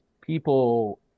people